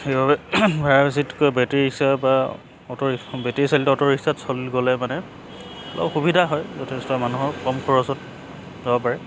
সেইবাবে ভাড়া বেছিতকৈ বেটেৰী ৰিক্সাৰ বা অট' বেটেৰী চালিত অট' ৰিক্সাত গ'লে মানে অলপ সুবিধা হয় যথেষ্ট মানুহক কম খৰচত যাব পাৰে